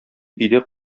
өйдә